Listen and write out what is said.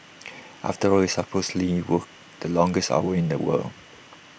after all we supposedly work the longest hours in the world